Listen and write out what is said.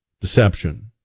deception